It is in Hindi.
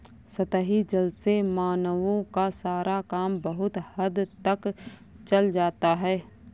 सतही जल से मानवों का सारा काम बहुत हद तक चल जाता है